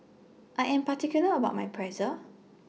I Am particular about My Pretzel